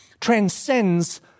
transcends